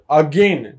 again